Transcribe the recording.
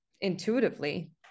intuitively